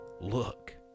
Look